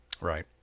Right